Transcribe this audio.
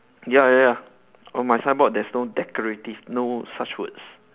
ya ya ya on my signboard there's no decorative no such words